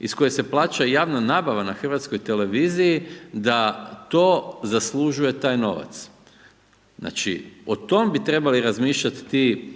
iz kojeg se plaća i javna nabava na HRT-u da to zaslužuje taj novac. Znači, o tom bi trebali razmišljat ti